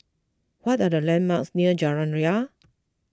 what are the landmarks near Jalan Ria